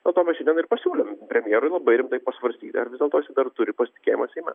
dėl to mes šiandien ir pasiūlėm premjerui labai rimtai pasvarstyti ar vis dėlto jisai dar turi pasitikėjimą seime